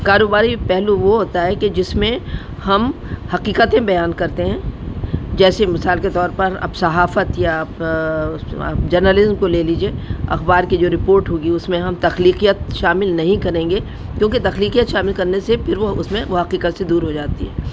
کاروباری پہلو وہ ہوتا ہے کہ جس میں ہم حقیقتیں بیان کرتے ہیں جیسے مثال کے طور پر اب صحافت یا جرنلزم کو لے لیجیے اخبار کی جو رپورٹ ہوگی اس میں ہم تخلیقیت شامل نہیں کریں گے کیونکہ تخلیقیت شامل کرنے سے پھر وہ اس میں وہ حقیقت سے دور ہو جاتی ہے